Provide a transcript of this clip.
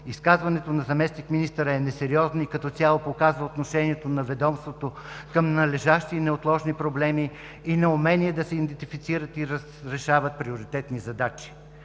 Изказването на заместник-министъра е несериозно и като цяло показва отношението на ведомството към належащи и неотложни проблеми и неумение да се идентифицират и разрешават приоритетни задачи.